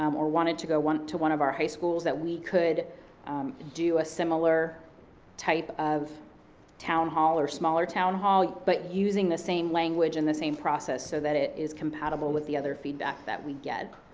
um or wanted to go to one of our high schools, that we could do a similar type of town hall or smaller town hall, but using the same language and the same process so that it is compatible with the other feedback that we get.